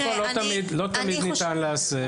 לא תמיד ניתן להסב.